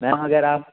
ma'am अगर आप